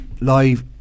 live